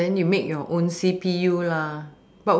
then you make your own C_P_U lah